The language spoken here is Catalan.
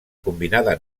combinada